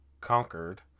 conquered